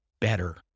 better